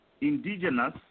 indigenous